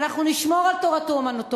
ואנחנו נשמור על תורתו-אומנותו,